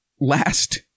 last